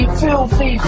filthy